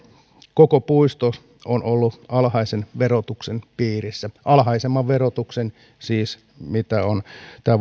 koko puisto on ollut alhaisen verotuksen piirissä siis alhaisemman verotuksen kuin mitä on tämä